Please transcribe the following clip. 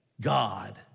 God